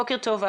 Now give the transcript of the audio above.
בוקר טוב.